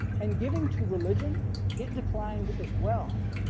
and giving to religion it declined as well,